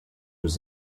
was